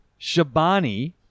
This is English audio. Shabani